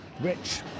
Rich